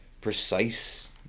precise